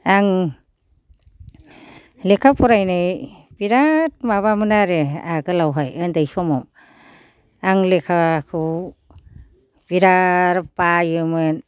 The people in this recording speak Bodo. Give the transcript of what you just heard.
आं लेखा फरायनाय बिराद माबामोन आरो आगोलावहाय उन्दै समाव आं लेखाखौ बिराद बायोमोन